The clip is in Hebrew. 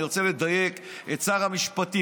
אני רוצה לדייק את שר המשפטים.